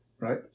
Right